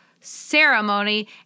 ceremony